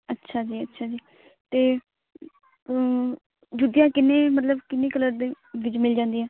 ਅੱਛਾ ਜੀ ਅੱਛਾ ਜੀ ਅਤੇ ਜੁੱਤੀਆਂ ਕਿੰਨੀ ਮਤਲਬ ਕਿੰਨੇ ਕਲਰ ਦੇ ਵਿੱਚ ਮਿਲ ਜਾਂਦੀਆਂ